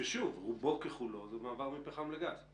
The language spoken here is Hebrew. ששוב, רובו ככולו זה מעבר מפחם לגז.